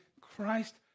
Christ